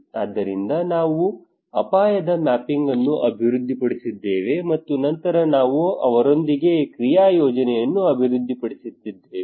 ಆದ್ದರಿಂದ ನಾವು ಅಪಾಯದ ಮ್ಯಾಪಿಂಗ್ಅನ್ನು ಅಭಿವೃದ್ಧಿಪಡಿಸಿದ್ದೇವೆ ಮತ್ತು ನಂತರ ನಾವು ಅವರೊಂದಿಗೆ ಕ್ರಿಯಾ ಯೋಜನೆಯನ್ನು ಅಭಿವೃದ್ಧಿಪಡಿಸಿದ್ದೇವೆ